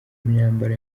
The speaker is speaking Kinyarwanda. imyambaro